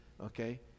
Okay